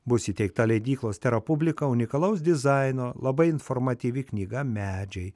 bus įteikta leidyklos tera publika unikalaus dizaino labai informatyvi knyga medžiai